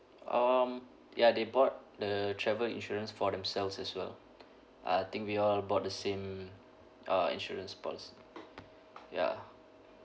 um ya they bought the travel insurance for themselves as well I think we're about the same uh insurance policy ya